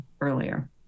earlier